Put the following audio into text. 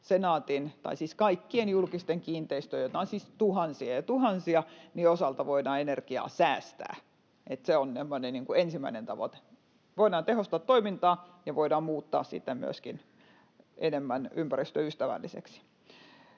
Senaatin — tai siis kaikkien julkisten kiinteistöjen, joita on siis tuhansia ja tuhansia — osalta voidaan energiaa säästää. Se on tämmöinen niin kuin ensimmäinen tavoite. Voidaan tehostaa toimintaa ja voidaan muuttaa sitä myöskin enemmän ympäristöystävälliseksi.